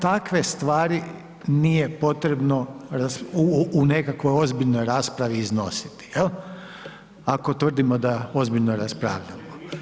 Takve stvari nije potrebno u nekakvoj ozbiljnoj raspravi iznositi, jel, ako tvrdimo da ozbiljno raspravljamo.